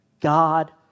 God